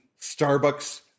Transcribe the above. Starbucks